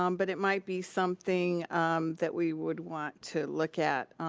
um but it might be something that we would want to look at,